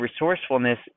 resourcefulness